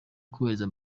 kubahiriza